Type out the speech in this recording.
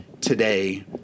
today